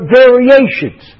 variations